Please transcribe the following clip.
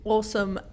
Awesome